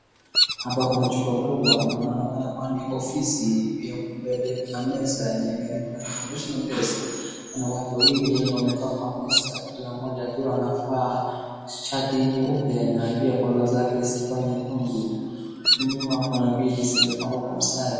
Hapa kuna chumba kubwa linaonekana kuwa ni ofisi. Pia huku mbele kuna meza yenye imeandikwa information desk . Wanawake wawili wenye wameka kwa meza kila mmoja akiwa anavaa shati nyeupe na pia colar zake zikiwa nyekundu. Huku nyuma kuna viti zimepangwa kwa mstari.